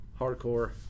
Hardcore